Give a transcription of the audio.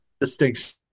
distinction